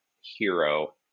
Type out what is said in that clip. hero